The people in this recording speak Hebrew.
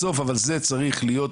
אבל בסוף, זו צריכה להיות